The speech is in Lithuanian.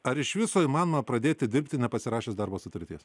ar iš viso įmanoma pradėti dirbti nepasirašius darbo sutarties